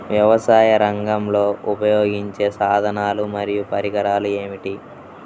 వ్యవసాయరంగంలో ఉపయోగించే సాధనాలు మరియు పరికరాలు ఏమిటీ?